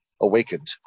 awakened